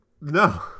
No